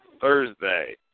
Thursday